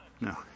No